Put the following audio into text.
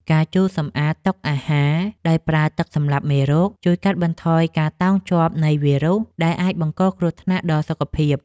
ការជូតសម្អាតតុអាហារដោយប្រើទឹកសម្លាប់មេរោគ ជួយកាត់បន្ថយការតោងជាប់នៃវីរុសដែលអាចបង្កគ្រោះថ្នាក់ដល់សុខភាព។